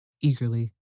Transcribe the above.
eagerly